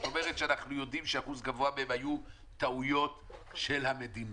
זאת אומרת שאנחנו יודעים שאחוז גבוה מן האיכונים היו טעויות של המדינה.